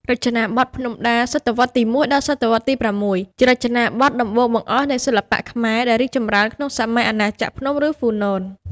រចនាបថភ្នំដា សតវត្សទី១ ដល់ សតវត្សទី៦ ជារចនាបថដំបូងបង្អស់នៃសិល្បៈខ្មែរ ដែលរីកចម្រើនក្នុងសម័យអាណាចក្រភ្នំ ឫហ្វូណន។